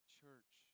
church